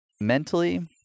Mentally